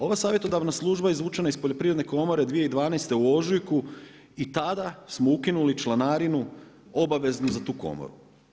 Ova savjetodavna služba izvučena je iz Poljoprivredne komore 2012. u ožujku i tada smo ukinuli članarinu obaveznu za tu komoru.